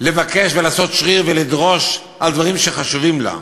לבקש ולעשות שריר ולדרוש על דברים שחשובים לה,